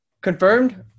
Confirmed